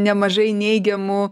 nemažai neigiamų